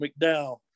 McDowell